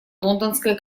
лондонская